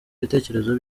ibitekerezo